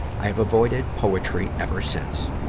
i've avoided poetry ever since,